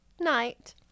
Night